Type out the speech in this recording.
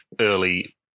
early